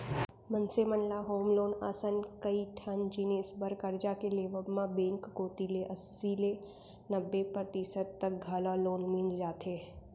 मनसे मन ल होम लोन असन कइ ठन जिनिस बर करजा के लेवब म बेंक कोती ले अस्सी ले नब्बे परतिसत तक घलौ लोन मिल जाथे